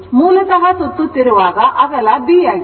ಮೂಲತಃ ಸುತ್ತುತ್ತಿರುವಾಗ ಅಗಲ B ಆಗಿದೆ